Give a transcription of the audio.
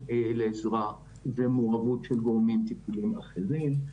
לעזרה ולמעורבות של גורמים טיפוליים אחרים.